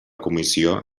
comissió